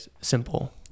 simple